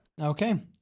Okay